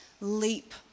leap